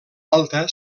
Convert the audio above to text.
alta